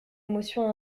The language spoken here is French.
émotion